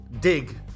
dig